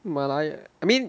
马来 I mean